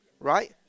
right